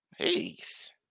Peace